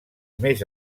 més